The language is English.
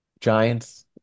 Giants